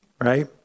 right